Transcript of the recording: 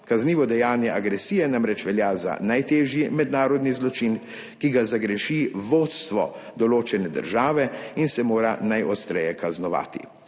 kaznivo dejanje agresije namreč velja za najtežji mednarodni zločin, ki ga zagreši vodstvo določene države in se mora najostreje kaznovati.